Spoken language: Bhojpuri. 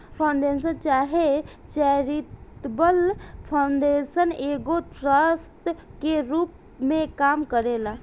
फाउंडेशन चाहे चैरिटेबल फाउंडेशन एगो ट्रस्ट के रूप में काम करेला